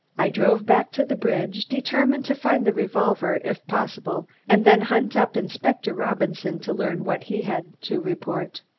i drove back to the bridge, determined to find the revolver, if possible, and then hunt up inspector robinson to learn what he had to report.